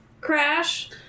Crash